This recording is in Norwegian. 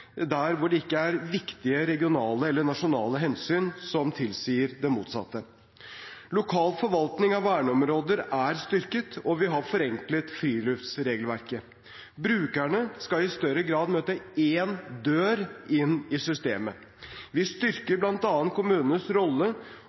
der hvor det ikke er viktige regionale eller nasjonale hensyn som tilsier det motsatte. Lokal forvaltning av verneområder er styrket, og vi har forenklet friluftsregelverket. Brukerne skal i større grad møte én dør inn i systemet: Vi styrker bl.a. kommunenes rolle